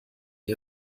ihr